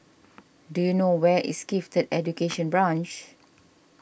do you know where is Gifted Education Branch